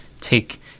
take